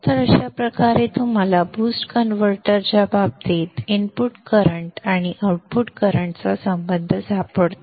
तर अशा प्रकारे तुम्हाला BOOST कनवर्टरच्या बाबतीत इनपुट करंट आणि आउटपुट करंटचा संबंध सापडतो